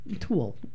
tool